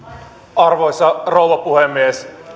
arvoisa rouva puhemies